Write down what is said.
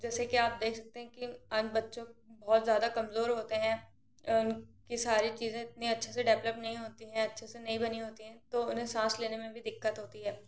जैसे कि आप देख सकते हैं कि आज बच्चों बहुत ज़्यादा कमजोर होते हैं उनकी सारी चीज़ें इतनी अच्छे से डैबलप नहीं होती है अच्छी से नहीं बनी होती हैं तो उन्हें सांस लेने में भी दिक्कत होती है